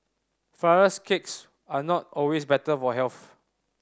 flours cakes are not always better for health